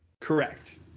Correct